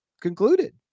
concluded